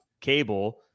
cable